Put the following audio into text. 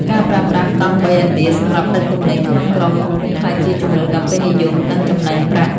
ការប្រើប្រាស់កង់បីឥណ្ឌាសម្រាប់ដឹកទំនិញក្នុងក្រុងកំពុងក្លាយជាជម្រើសដ៏ពេញនិយម និងចំណេញប្រាក់។